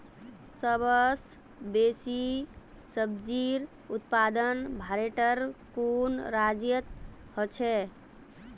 सबस बेसी सब्जिर उत्पादन भारटेर कुन राज्यत ह छेक